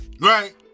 Right